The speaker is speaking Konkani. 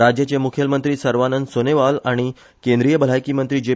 राज्याचे मुखेलमंत्री सर्वानंद सोनोवाल आनी केंद्रीय भलायकी मंत्री जे